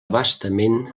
bastament